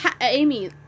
amy